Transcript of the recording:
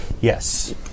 Yes